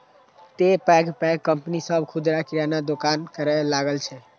तें पैघ पैघ कंपनी सभ खुदरा किराना दोकानक करै लागल छै